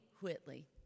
Whitley